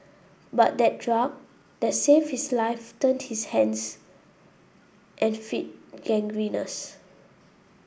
but the drug that saved his life turned his hands and feet gangrenous